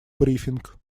брифинг